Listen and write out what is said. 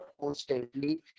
constantly